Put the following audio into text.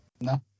No